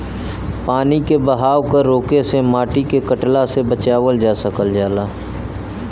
पानी के बहाव क रोके से माटी के कटला से बचावल जा सकल जाला